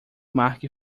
mark